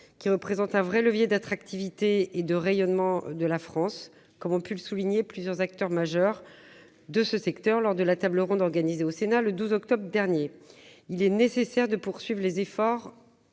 qui représente un vrai levier d'attractivité et de rayonnement de la France, comme ont pu le souligner plusieurs acteurs majeurs de ce secteur lors de la table ronde organisée au Sénat le 12 octobre dernier il est nécessaire de poursuivre les efforts